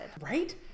Right